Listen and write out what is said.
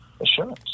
assurance